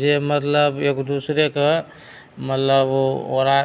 जे मतलब एगो दूसरेके मतलब ओकरा